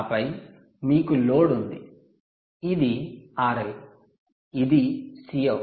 ఆపై మీకు లోడ్ ఉంది ఇది RL ఇది Cout